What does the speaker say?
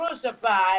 crucified